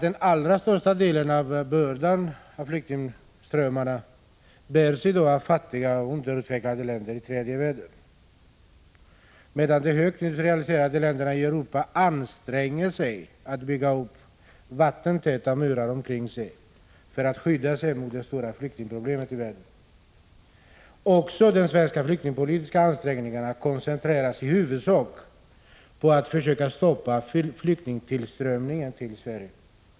Den allra största delen av bördan av flyktingströmmarna bärs av de fattiga och underutvecklade länderna i tredje världen, medan de högindustrialiserade länderna i Europa anstränger sig för att bygga upp vattentäta murar omkring sig för att skydda sig mot det stora flyktingproblemet. Också de svenska flyktingpolitiska ansträngningarna koncentreras i huvudsak på att försöka stoppa flyktingtillströmningen till Sverige.